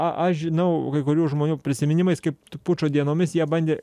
a aš žinau kai kurių žmonių prisiminimais kaip pučo dienomis jie bandė